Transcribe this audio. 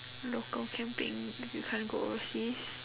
local camping if you can't go overseas